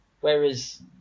Whereas